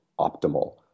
optimal